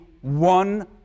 one